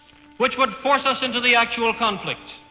which would force us into the actual conflict.